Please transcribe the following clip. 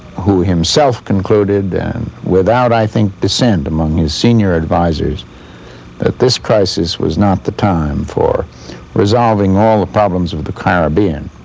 who himself concluded and without, i think, descent among his senior advisors that this crisis was not the time for resolving all the problems of the caribbean.